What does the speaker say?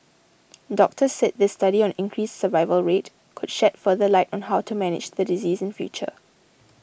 doctors said this study on increased survival rate could shed further light on how to manage the disease in future